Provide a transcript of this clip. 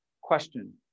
question